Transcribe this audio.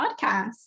podcast